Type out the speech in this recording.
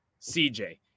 CJ